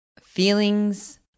Feelings